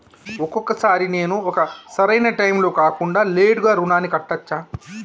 ఒక్కొక సారి నేను ఒక సరైనా టైంలో కాకుండా లేటుగా రుణాన్ని కట్టచ్చా?